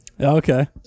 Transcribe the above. Okay